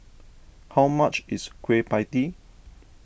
how much is Kueh Pie Tee